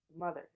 Mother